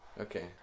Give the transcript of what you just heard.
okay